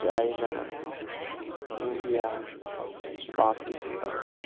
China India Pakistan